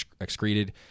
excreted